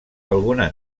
alguna